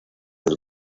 del